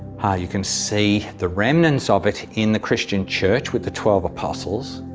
you can see the remnants of it in the christian church with the twelve apostles,